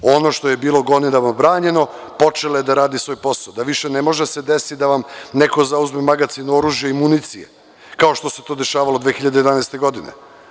Ono što je bilo godinama branjeno, počela je da radi svoj posao, gde više ne može da se desi da vam neko zauzme magacin oružja i municije, kao što se to dešavalo 2011. godine.